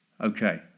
Okay